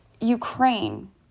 Ukraine